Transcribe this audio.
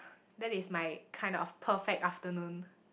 that is my kind of perfect afternoon